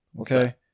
okay